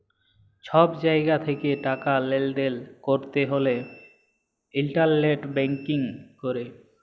ছব জায়গা থ্যাকে টাকা লেলদেল ক্যরতে হ্যলে ইলটারলেট ব্যাংকিং ক্যরে